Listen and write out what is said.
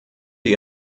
die